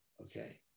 okay